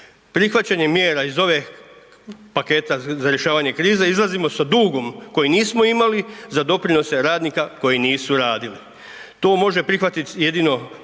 Prihvaćanje mjera iz ove paketa za rješavanje krize izlazimo sa dugom koji nismo imali za doprinose radnika koji nisu radili. To može prihvati jedino